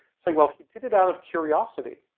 saying well he did it out of curiosity.